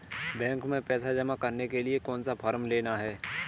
Bank में पैसा जमा करने के लिए कौन सा फॉर्म लेना है?